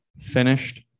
finished